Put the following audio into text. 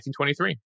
1923